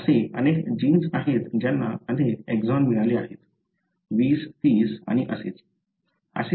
तर असे अनेक जीन्स आहेत ज्यांना अनेक एक्सॉन मिळाले आहेत 20 30 आणि असेच